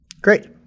great